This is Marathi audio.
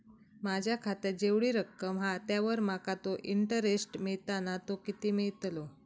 माझ्या खात्यात जेवढी रक्कम हा त्यावर माका तो इंटरेस्ट मिळता ना तो किती मिळतलो?